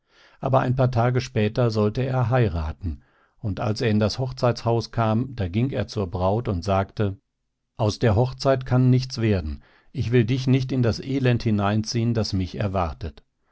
aber ein paar tage später sollte er heiraten und als er in das hochzeitshaus kam da ging er zur braut und sagte aus der hochzeit kann nichts werden ich will dich nicht in das elend hineinziehen das mich erwartet